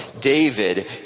David